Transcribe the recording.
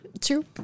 True